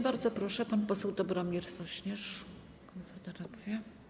Bardzo proszę, pan poseł Dobromir Sośnierz, Konfederacja.